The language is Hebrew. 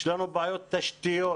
יש לנו בעיות תשתיות